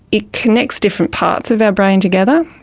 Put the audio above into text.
it connects different parts of our brain together,